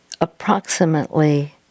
approximately